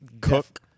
Cook